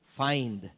find